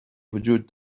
وجود